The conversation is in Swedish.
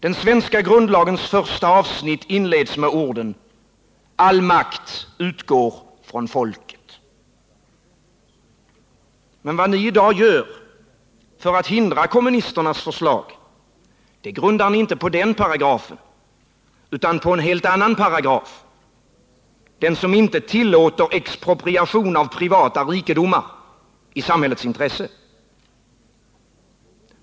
Den svenska grundlagens första avsnitt inleds med orden: ”All makt utgår från folket.” Men vad ni i dag gör för att hindra kommunisternas förslag grundar ni inte på den paragrafen utan på en helt annan paragraf — den som inte tillåter expropriation av privata rikedomar i samhällets intresse.